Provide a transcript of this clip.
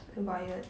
haywire